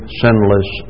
sinless